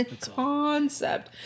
concept